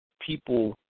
people